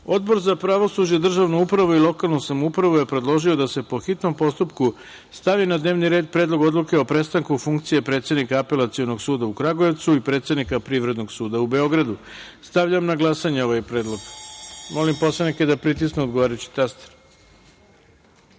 za pravosuđe, državnu upravu i lokalnu samoupravu je predložio da se, po hitnom postupku, stavi na dnevni red Predlog odluke o prestanku funkcije predsednika Apelacionog suda u Kragujevcu i predsednika Privrednog suda u Beogradu. Stavljam na glasanje ovaj predlog. Molim poslanike da pritisnu odgovarajući